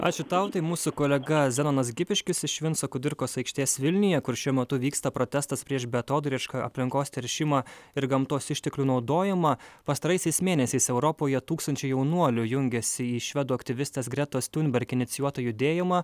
ačiū tau tai mūsų kolega zenonas gipiškis iš vinco kudirkos aikštės vilniuje kur šiuo metu vyksta protestas prieš beatodairišką aplinkos teršimą ir gamtos išteklių naudojimą pastaraisiais mėnesiais europoje tūkstančiai jaunuolių jungiasi į švedų aktyvistės gretos tiunberg inicijuotą judėjimą